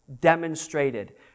demonstrated